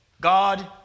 God